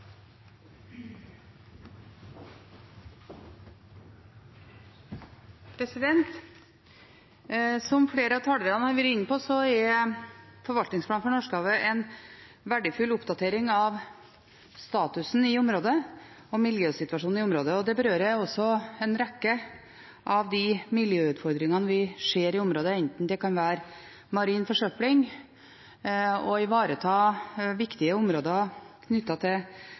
til. Som flere av talerne har vært inne på, er forvaltningsplanen for Norskehavet en verdifull oppdatering av statusen i området og miljøsituasjonen i området, og det berører også en rekke av de miljøutfordringene vi ser i området. Det kan være marin forsøpling, å ivareta viktige områder knyttet til